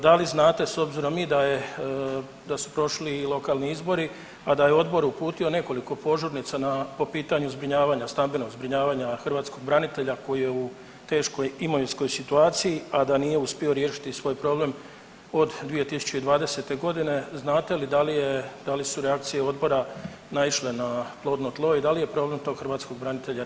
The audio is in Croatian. Da li znate s obzirom da je i da su prošli lokalni izbori, a da je odbor uputio nekoliko požurnica po pitanju zbrinjavanja, stambenog zbrinjavanja hrvatskog branitelja koji je u teškoj imovinskoj situaciji, a da nije uspio riješiti svoj problem od 2020.g. znate li da lu su reakcije odbora naišle na plodno tlo i da li je problem tog hrvatskog branitelja riješen?